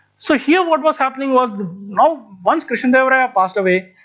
so here what was happening was, now, once krishna deva raya passed away,